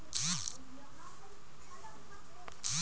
कागज़ और पेपरबोर्ड के उत्पादन ने लकड़ी के उत्पादों में वृद्धि लायी है